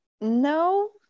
No